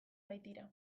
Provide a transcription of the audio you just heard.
baitira